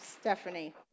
Stephanie